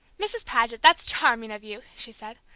mrs. paget, that's charming of you, she said.